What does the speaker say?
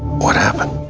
what happened?